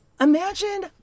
Imagine